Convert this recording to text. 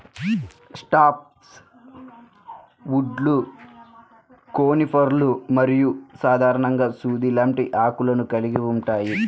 soft వుడ్లు కోనిఫర్లు మరియు సాధారణంగా సూది లాంటి ఆకులను కలిగి ఉంటాయి